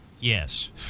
Yes